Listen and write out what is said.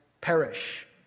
perish